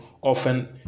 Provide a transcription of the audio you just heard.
often